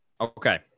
Okay